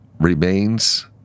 remains